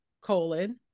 colon